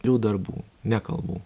jų darbų ne kalbų